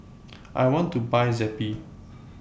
I want to Buy Zappy